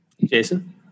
Jason